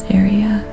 area